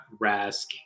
Rask